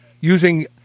using